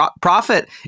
profit